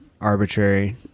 arbitrary